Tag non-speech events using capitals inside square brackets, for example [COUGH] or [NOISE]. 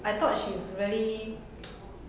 I thought she's really [NOISE]